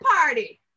party